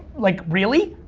like really,